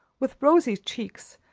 with rosy cheeks,